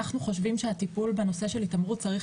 אנחנו חושבים שהטיפול בנושא של התעמרות צריך